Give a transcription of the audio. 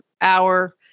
hour